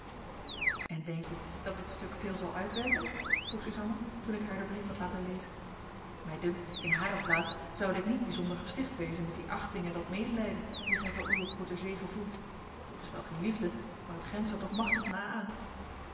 en denk je dat dit stuk veel zal uitwerken vroeg suzanna toen ik haar den brief had laten lezen mij dunkt in hare plaats zoude ik niet bijzonder gesticht wezen met die achting en dat medelijden die gij voor uwe protégé gevoelt dat is wel geen liefde maar het grenst er toch machtig na